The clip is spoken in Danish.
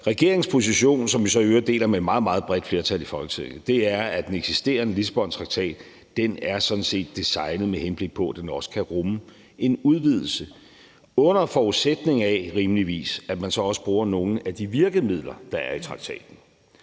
regeringens position, som vi så i øvrigt deler med et meget, meget bredt flertal i Folketinget, er, at den eksisterende Lissabontraktat sådan set er designet, med henblik på at den også kan rumme en udvidelse, under forudsætning af, rimeligvis, at man så også bruger nogle af de virkemidler, der er i traktaten.